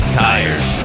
tires